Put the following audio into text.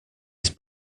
his